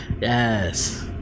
Yes